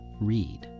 read